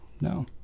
No